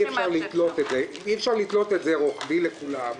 אי-אפשר לתלות את זה רוחבי לכולם.